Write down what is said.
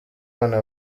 bana